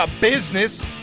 business